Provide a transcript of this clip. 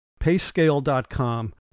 PayScale.com